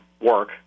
work